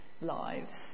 lives